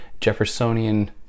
Jeffersonian